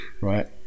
Right